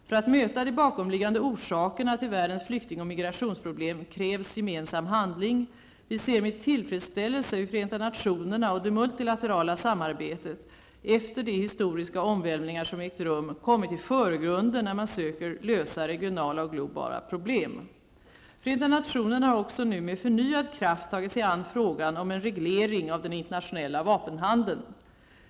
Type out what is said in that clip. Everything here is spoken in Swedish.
För att möta de bakomliggande orsakerna till världens flykting och migrationsproblem krävs gemensam handling. Vi ser med tillfredsställelse hur Förenta nationerna och det multilaterala samarbetet, efter de historiska omvälvningar som ägt rum, kommit i förgrunden när man söker lösa regionala och globala problem. Förenta nationerna har också nu med förnyad kraft tagit sig an frågan om en reglering av den internationella vapenhandeln.